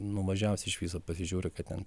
nuvažiavus iš viso pasižiūri kad ten